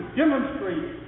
demonstrate